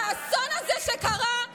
האסון הזה קרה בזמן שלכם.